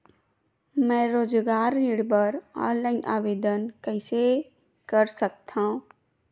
मैं रोजगार ऋण बर ऑनलाइन आवेदन कइसे कर सकथव?